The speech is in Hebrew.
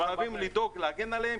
אנחנו חייבים לדאוג להגן עליהם.